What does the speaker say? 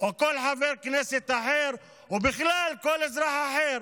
או כל חבר כנסת אחר או בכלל כל אזרח אחר.